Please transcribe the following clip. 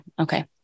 Okay